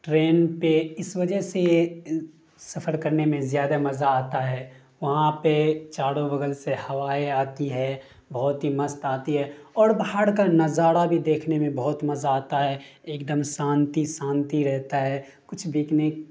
train پہ اس وجہ سے سفر کرنے میں زیادہ مزہ آتا ہے وہاں پہ چاروں بگل سے ہوائیں آتی ہے بہت ہی مست آتی ہے اور باہر کا نظارہ بھی دیکھنے میں بہت مزہ آتا ہے ایک دم شانتی شانتی رہتا ہے کچھ بکنے